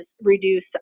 reduce